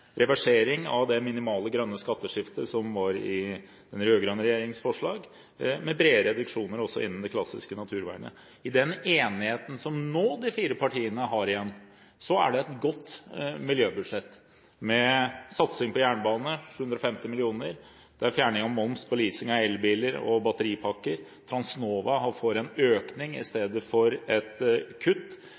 reversering av det minimale grønne skatteskiftet som var i den rød-grønne regjeringens forslag til statsbudsjett, og med store reduksjoner også innenfor det klassiske naturvernet. I den enigheten som de fire partiene nå igjen har, er det et godt miljøbudsjett, med en satsing på jernbane på 750 mill. kr og fjerning av moms på leasing av elbiler og batteripakker. Transnova får en økning i stedet for kutt.